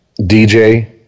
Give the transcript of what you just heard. DJ